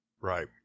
Right